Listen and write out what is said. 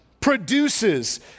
produces